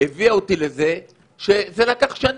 הביאה אותי לזה שזה לקח שנים.